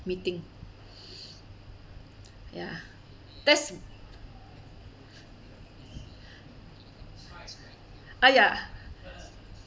meeting ya that's !aiya!